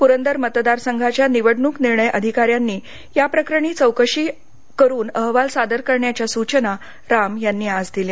पुरंदर मतदार संघाच्या निवडणूक निर्णय अधिकाऱ्यांनी याप्रकरणी चौकशी करून अहवाल सादर करण्याच्या सूचना राम यांनी आज दिल्या